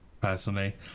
personally